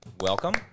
Welcome